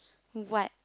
what